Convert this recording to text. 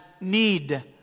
need